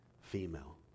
female